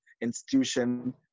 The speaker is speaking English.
institution